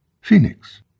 phoenix